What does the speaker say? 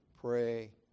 pray